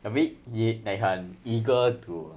a bit 你 like 很 eager to